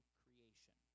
creation